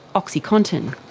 oxycontin.